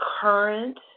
current